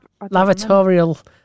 lavatorial